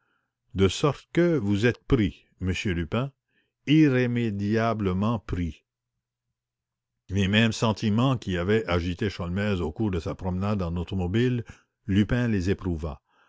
de sorte que vous êtes pris m lupin irrémédiablement pris les mêmes sentiments qui avaient agité sholmès au cours de sa promenade en automobile lupin les